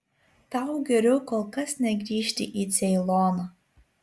tau geriau kol kas negrįžti į ceiloną